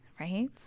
right